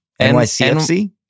NYCFC